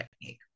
technique